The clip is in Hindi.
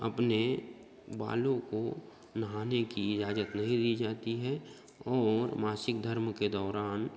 अपने बालों को नहाने कि इजाज़त नहीं दी जाती है और मासिक धर्म के दौरान